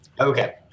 Okay